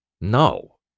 no